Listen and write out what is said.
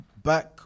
Back